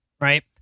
right